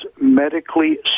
medically